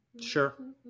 Sure